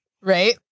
right